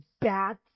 bad